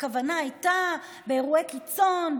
הכוונה הייתה באירועי קיצון,